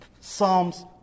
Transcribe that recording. Psalms